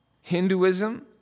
Hinduism